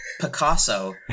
Picasso